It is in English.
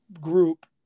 group